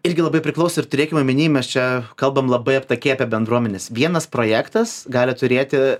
irgi labai priklauso ir turėkim omeny mes čia kalbam labai aptakiai apie bendruomenes vienas projektas gali turėti